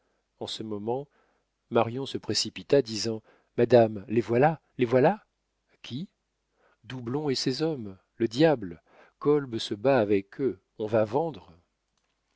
en ce moment marion se précipita disant madame les voilà les voilà qui doublon et ses hommes le diable kolb se bat avec eux on va vendre